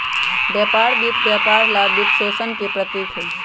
व्यापार वित्त व्यापार ला वित्तपोषण के प्रतीक हई,